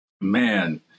Man